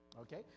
Okay